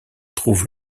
trouve